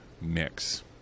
mix